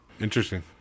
interesting